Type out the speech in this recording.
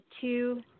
two